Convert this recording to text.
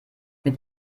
mit